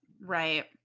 right